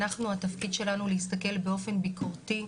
אנחנו התפקיד שלנו להסתכל באופן ביקורתי.